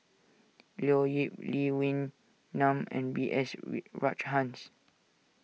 Leo Yip Lee Wee Nam and B S Rajhans